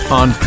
on